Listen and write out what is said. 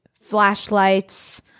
flashlights